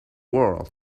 world